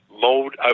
mode